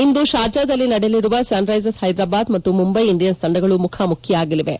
ಇಂದು ಶಾರ್ಜಾದಲ್ಲಿ ನಡೆಯಲಿರುವ ಸನ್ರೈಸರ್ಸ್ ಹೈದ್ರಾಬಾದ್ ಮತ್ತು ಮುಂಬೈ ಇಂಡಿಯನ್ಸ್ ತಂಡಗಳು ಮುಖಾಮುಖಿಯಾಗಲಿವೆ